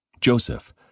Joseph